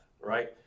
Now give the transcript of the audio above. right